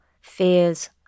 fears